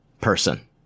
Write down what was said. person